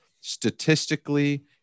statistically